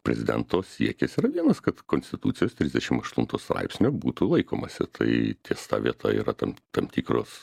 prezidento siekis yra vienas kad konstitucijos trisdešim aštunto straipsnio būtų laikomasi tai ties ta vieta yra tam tam tikros